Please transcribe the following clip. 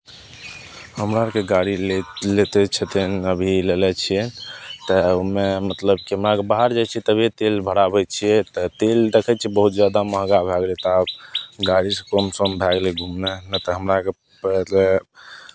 हमरा आरके गाड़ी ले लैते छथिन अभी लेने छियै तऽ ओहिमे मतलब की हमआर बाहर जाइ छियै तऽ तेल भराबै तऽ तेल देखै छियै बहुत ज्यादा महँगा भए गेलै तऽ आब गाड़ीसँ कमसम भए गेलै घुमनाइ नहि तऽ हमरा आरके पहिले